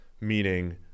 meaning